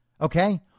okay